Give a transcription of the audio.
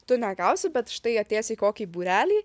tu negausi bet štai atėjęs į kokį būrelį